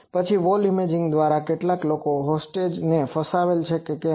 પછી wall imaging દ્વારા કોઈએ કેટલાક હોસ્ટેજ Hostageબંધકોને ફસાવેલ છે કે કેમ